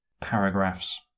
paragraphs